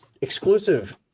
exclusive